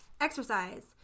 exercise